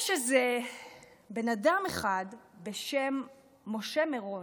יש איזה אדם אחד בשם משה מירון,